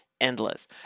endless